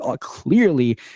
clearly